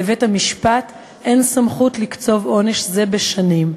לבית-המשפט אין סמכות לקצוב עונש זה בשנים.